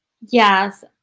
Yes